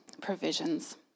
provisions